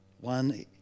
One